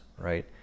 right